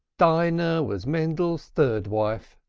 dinah was mendel's third wife,